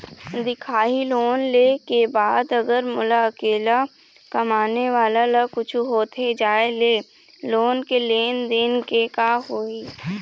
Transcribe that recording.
दिखाही लोन ले के बाद अगर मोला अकेला कमाने वाला ला कुछू होथे जाय ले लोन के लेनदेन के का होही?